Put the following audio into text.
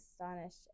astonished